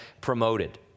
promoted